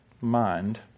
mind